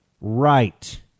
right